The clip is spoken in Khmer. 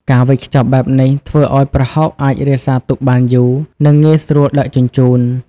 ការវេចខ្ចប់បែបនេះធ្វើឱ្យប្រហុកអាចរក្សាទុកបានយូរ និងងាយស្រួលដឹកជញ្ជូន។